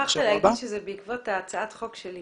שכחת לומר שזה בעקבות הצעת חוק שלי